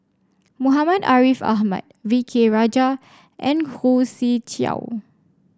Muhammad Ariff Ahmad V K Rajah and Khoo Swee Chiow